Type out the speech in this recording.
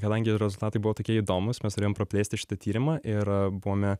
kadangi rezultatai buvo tokie įdomūs mes turėjom praplėsti šitą tyrimą ir buvome